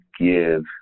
give